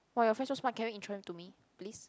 wah your friend so smart can you intro him to me please